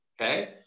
okay